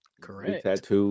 correct